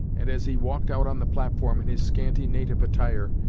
and as he walked out on the platform in his scanty, native attire,